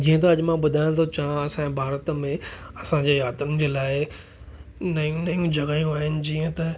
जीअं त अॼु मां ॿुधाइणु थो चाहियां असांजे भारत में असांजे यात्रियुनि जे लाइ नयूं नयूं जॻहियूं आहिनि जीअं त